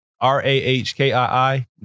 R-A-H-K-I-I